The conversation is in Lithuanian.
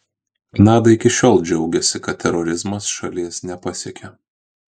kanada iki šiol džiaugėsi kad terorizmas šalies nepasiekia